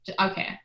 Okay